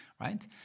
right